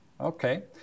Okay